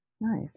Nice